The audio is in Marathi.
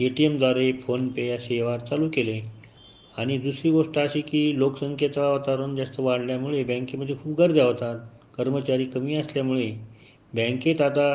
ए टी एमद्वारे फोनपे असे वार चालू केले आणि दुसरी गोष्ट अशी की लोकसंख्येचं वातावरण जास्त वाढल्यामुळे बँकेमध्ये खूप गरजा होतात कर्मचारी कमी असल्यामुळे बँकेत आता